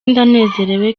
ndanezerewe